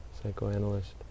psychoanalyst